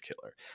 killer